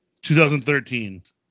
2013